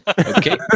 Okay